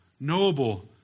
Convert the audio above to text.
knowable